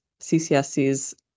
CCSC's